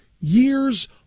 years